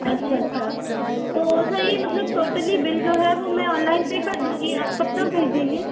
अच्छा अच्छा तो सर ये मतलब टोटली बिल जो है वो मैं ऑनलाइन पे कर दूँगी आप कब तक भेज देंगे